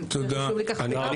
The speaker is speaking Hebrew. רק